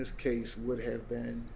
this case would have been